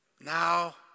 Now